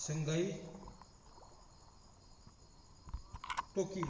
Shanghai Tokyo